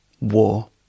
War